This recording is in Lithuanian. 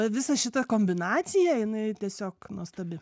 visa šita kombinacija jinai tiesiog nuostabi